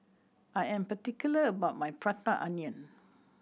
I am particular about my Prata Onion